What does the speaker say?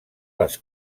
les